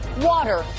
water